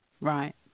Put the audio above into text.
Right